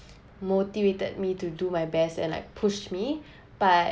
motivated me to do my best and like push me but